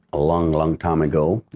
ah long long time ago.